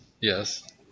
Yes